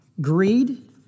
greed